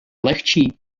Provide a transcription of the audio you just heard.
lehčí